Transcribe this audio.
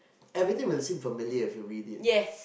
everything will seem familiar if you read it